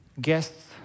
guests